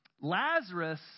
Lazarus